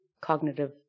cognitive